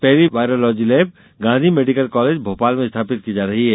पहली virology lab Gandhi medical college Bhopal में स्थापित की जा रही है